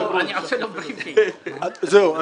אני